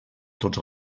tots